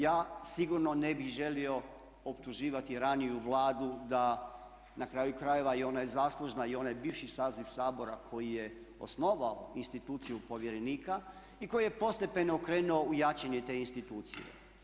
Ja sigurno ne bih želio optuživati raniju Vladu da, na kraju krajeva i ona je zaslužna i onaj bivši saziv Sabora koji je osnovao instituciju povjerenika i koji je postepeno krenuo u jačanje te institucije.